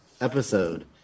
episode